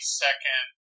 second